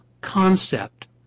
concept